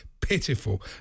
pitiful